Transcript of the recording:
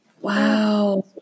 Wow